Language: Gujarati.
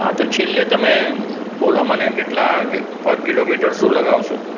હા તો છેલ્લે તમે બોલો મને તમે કેટલાં પર કિલોમીટર શું લગાવશો